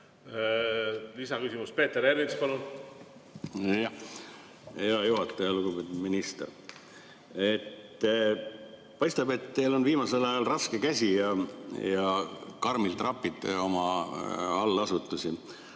Lisaküsimus, Peeter Ernits, palun! Hea juhataja! Lugupeetud minister! Paistab, et teil on viimasel ajal raske käsi ja te karmilt rapite oma allasutusi.